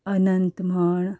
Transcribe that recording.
अनंत म्हण